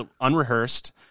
unrehearsed